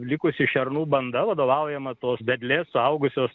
likusi šernų banda vadovaujama tos vedlės suaugusios